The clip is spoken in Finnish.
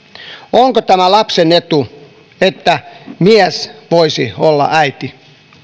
onko tämä lapsen etu että mies voisi olla äiti